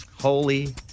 Holy